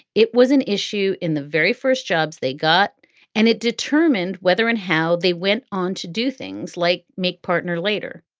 it was an issue in the very first jobs they got and it determined whether and how they went on to do things like make partner later.